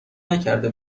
نکرده